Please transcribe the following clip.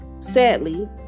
Sadly